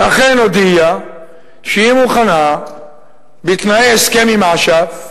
אכן הודיעה שהיא מוכנה לתנאי ההסכם עם אש"ף,